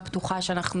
ולא מכירות.